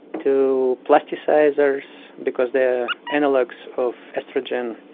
to plasticisers because they are analogues of oestrogen,